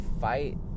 fight